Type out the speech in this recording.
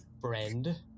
friend